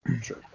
Sure